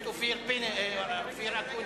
אופיר אקוניס.